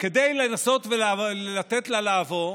כדי לנסות לתת לה לעבור.